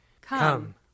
Come